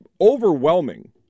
overwhelming